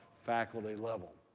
faculty level.